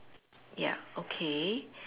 ya okay